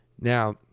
Now